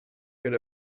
good